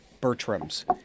Bertrams